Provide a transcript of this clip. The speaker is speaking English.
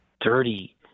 dirty